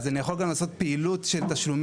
אז אני יכול גם לעשות פעילות של תשלומים,